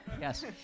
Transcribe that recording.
Yes